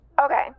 Okay